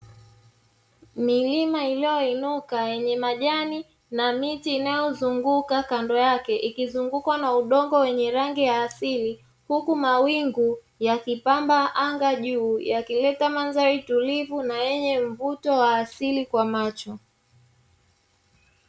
Milima iliyoinuka yenye majani na miti inayozunguka kando yake ikizungukwa na udongo wenye rangi ya asili, huku mawingu yakipamba anga juu yakileta mandhari tulivu na yenye mvuto wa asili kwa macho.